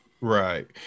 Right